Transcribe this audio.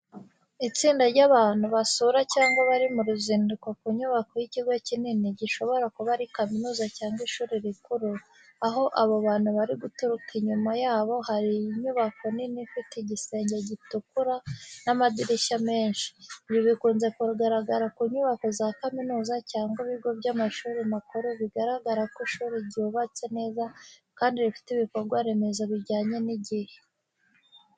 Itsinda ry’abantu basura cyangwa bari mu ruzinduko ku nyubako y’ikigo kinini, gishobora kuba ari kaminuza cyangwa ishuri rikuru. Aho abo bantu bari guturuka inyuma yabo hari inyubako nini ifite igisenge gitukura n’amadirishya menshi. Ibi bikunze kugaragara ku nyubako za kaminuza cyangwa ibigo by’amashuri makuru bigaragara ko ishuri ryubatse neza kandi rifite ibikorwa remezo bijyanye n’igihe.